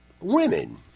women